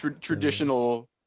traditional